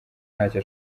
ntacyo